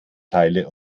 teile